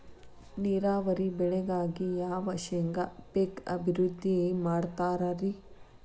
ನೇರಾವರಿ ಬೆಳೆಗಾಗಿ ಯಾವ ಶೇಂಗಾ ಪೇಕ್ ಅಭಿವೃದ್ಧಿ ಮಾಡತಾರ ರಿ?